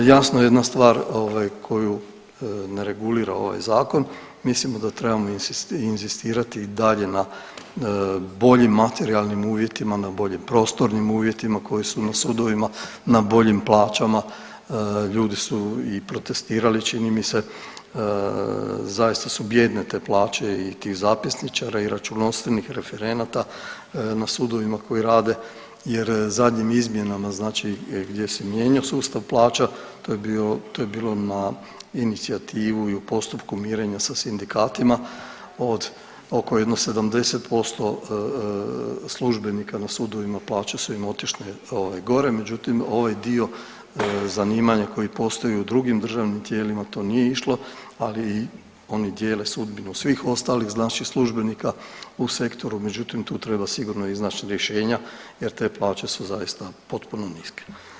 Jasno jedna stvar ovaj koju ne regulira ovaj zakon mislimo da trebamo inzistirati i dalje na boljim materijalnim uvjetima, na boljim prostornim uvjetima koji su na sudovima, na boljim plaćama, ljudi su i protestirali čini mi se, zaista su bijedne te plaće i tih zapisničara i računovodstvenih referenata na sudovima koji rade jer zadnjim izmjenama znači gdje se mijenjao sustav plaća to je bio, to je bilo na inicijativu i u postupku mirenja sa sindikatima od oko jedno 70% službenika na sudovima plaće su im otišle ovaj gore, međutim ovaj dio zanimanja koji postoji u drugim državnim tijelima to nije išlo, ali oni dijele sudbinu svih ostalih znači službenika u sektoru, međutim tu treba sigurno iznaći rješenja jer te plaće su zaista potpuno niske.